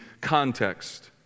context